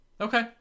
okay